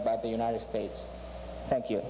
about the united states thank you